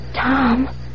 Tom